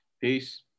Peace